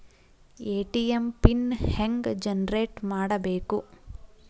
ATM pin ಹೆಂಗ್ generate ಮಾಡಬೇಕು?